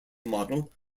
model